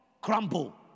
crumble